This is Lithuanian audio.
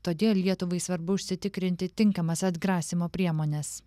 todėl lietuvai svarbu užsitikrinti tinkamas atgrasymo priemones